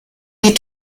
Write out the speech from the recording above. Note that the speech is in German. die